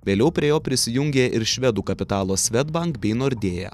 vėliau prie jo prisijungė ir švedų kapitalo swedbank bei nordea